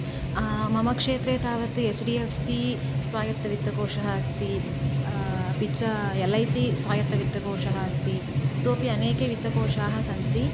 मम क्षेत्रे तावत् एच् डी एफ् सी स्वायत्तवित्तकोषः अस्ति अपि च एल् ऐ सि स्वायत्तवित्तकोषः अस्ति इतोपि अनेके वित्तकोषाः सन्ति